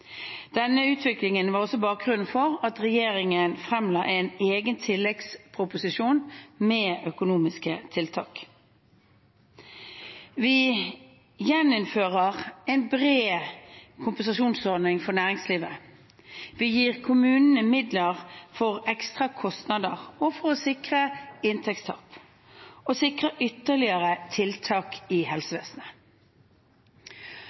Denne utviklingen var også bakgrunnen for at regjeringen fremla en egen tilleggsproposisjon med økonomiske tiltak. Vi gjeninnfører en bred kompensasjonsordning for næringslivet. Vi gir kommunene midler for ekstra kostnader, for å sikre inntektstap og for å sikre ytterligere tiltak i